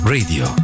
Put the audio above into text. Radio